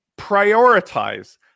prioritize